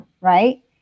Right